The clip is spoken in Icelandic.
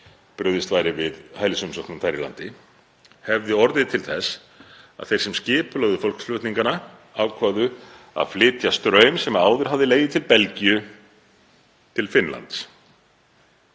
brugðist væri við hælisumsóknum þar í landi, hefði orðið til þess að þeir sem skipulögðu fólksflutningana ákváðu að flytja straum sem áður hafði legið til Belgíu til Finnlands